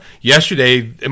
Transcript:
yesterday